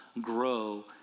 grow